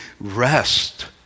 rest